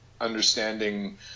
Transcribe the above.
understanding